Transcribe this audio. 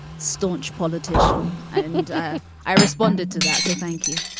staunch politician. and and i i responded to that. so thank you.